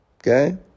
Okay